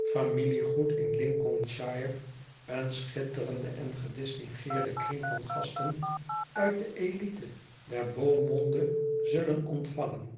familie goed in lincolnshire een schitterenden en gedistingueerden kring van gasten uit de élite der beaumonde zullen ontvangen